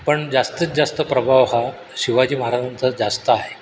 पण जास्तीत जास्त प्रभाव हा शिवाजी महाराजांचा जास्त आहे